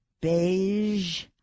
beige